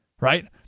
right